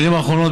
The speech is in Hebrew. בשנים האחרונות,